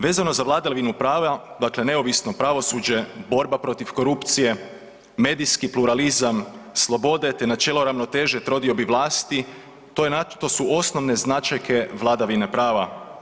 Vezano za vladavinu prava, dakle neovisno pravosuđe, borba protiv korupcije, medijski pluralizam slobode, te načelo ravnoteže trodiobe vlasti to su osnovne značajke vladavine prava.